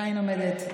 עדיין עומדת.